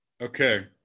Okay